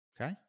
okay